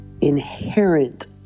inherent